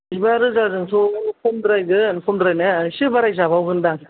जिबा रोजाजोंथ' खमद्रायगोन खमद्रायनाया इसे बारायजाबावगोन दां